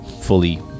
Fully